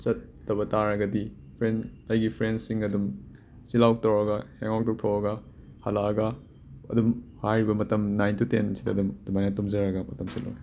ꯆꯠꯇꯕ ꯇꯥꯔꯒꯗꯤ ꯐ꯭ꯔꯦꯟ ꯑꯩꯒꯤ ꯐ꯭ꯔꯦꯟꯁꯤꯡ ꯑꯗꯨꯝ ꯆꯤꯜ ꯑꯥꯎꯠ ꯇꯧꯔꯒ ꯍꯦꯡꯑꯥꯎꯠ ꯇꯧꯔꯒ ꯍꯜꯂꯛꯑꯒ ꯑꯗꯨꯝ ꯍꯥꯏꯔꯤꯕ ꯃꯇꯝ ꯅꯥꯏꯟ ꯇꯨ ꯇꯦꯟꯁꯤꯗ ꯑꯗꯨꯃꯥꯏꯅ ꯇꯨꯝꯖꯔꯒ ꯃꯇꯝꯁꯦ ꯂꯣꯏ